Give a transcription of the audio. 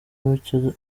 mucyo